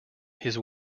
his